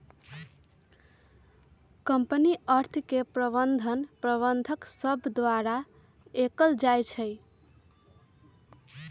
company अर्थ के प्रबंधन प्रबंधक सभ द्वारा कएल जाइ छइ